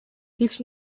his